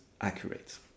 accurate